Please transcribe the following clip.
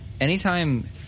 anytime